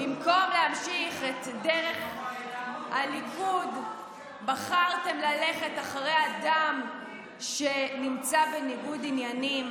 במקום להמשיך את דרך הליכוד בחרתם ללכת אחרי אדם שנמצא בניגוד עניינים,